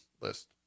list